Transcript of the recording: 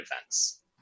events